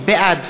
בעד